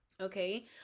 Okay